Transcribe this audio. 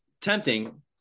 tempting